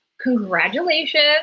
Congratulations